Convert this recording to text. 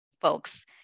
folks